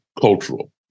cultural